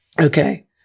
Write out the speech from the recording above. Okay